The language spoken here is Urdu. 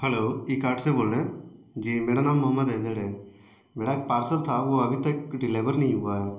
ہلو ای کارٹ سے بول رہے ہیں جی میرا نام محمد حیدر ہے میرا ایک پارسل تھا وہ ابھی تک ڈلیور نہیں ہوا ہے